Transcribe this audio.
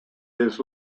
his